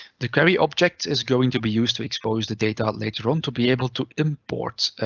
the query object is going to be used to expose the data later on to be able to import.